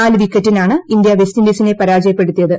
നാല് വിക്കറ്റിനാണ് ഇന്ത്യ വെസ്റ്റിൻഡീസിനെ പരാജയപ്പെടുത്തിയത്